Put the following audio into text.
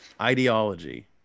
ideology